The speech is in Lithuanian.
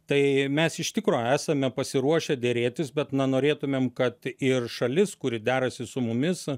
tai mes iš tikro esame pasiruošę derėtis bet na norėtumėm kad ir šalis kuri derasi su mumis